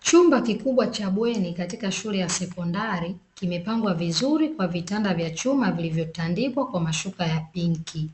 Chumba kikubwa cha bweni katika shule ya sekondari kimepangwa vizuri kwa vitanda vya chuma vilivyotandikwa kwa mashuka ya pinki,